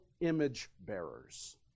image-bearers